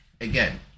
Again